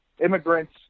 immigrants